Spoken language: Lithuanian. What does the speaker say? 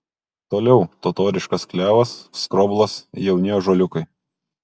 toliau totoriškas klevas skroblas jauni ąžuoliukai